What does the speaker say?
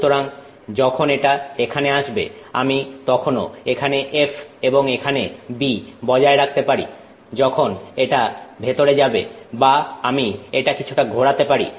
সুতরাং যখন এটা এখানে আসবে আমি তখনও এখানে F এবং এখানে B বজায় রাখতে পারি যখন এটা ভেতরে যাবে বা আমি এটা কিছুটা ঘোরাতে পারি